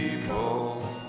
people